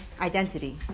identity